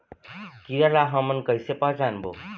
कीरा ला हमन कइसे पहचानबो?